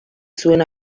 zuen